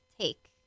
take